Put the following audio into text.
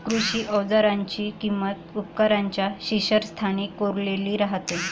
कृषी अवजारांची किंमत उपकरणांच्या शीर्षस्थानी कोरलेली राहते